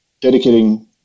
dedicating